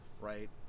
right